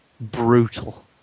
brutal